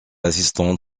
assistante